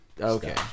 Okay